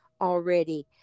already